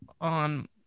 on